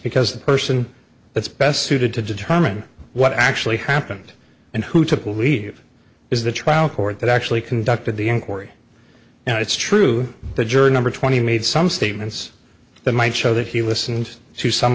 because the person that's best suited to determine what actually happened and who took leave is the trial court that actually conducted the inquiry and it's true the jury number twenty made some statements that might show that he listened to some